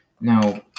Now